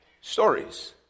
stories